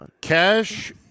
Cash